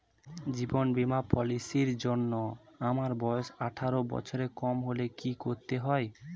জীবন বীমা পলিসি র জন্যে আমার বয়স আঠারো বছরের কম হলে কি করতে হয়?